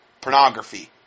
pornography